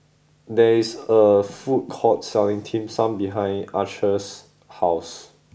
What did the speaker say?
there is a food court selling Dim Sum behind Archer's house